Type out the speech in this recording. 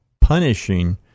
punishing